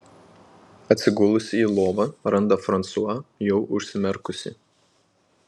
atsigulusi į lovą randa fransua jau užsimerkusį